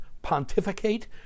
pontificate